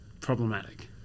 problematic